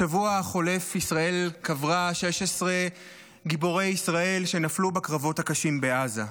בשבוע החולף ישראל קברה 16 גיבורי ישראל שנפלו בקרבות הקשים בעזה,